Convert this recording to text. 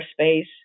space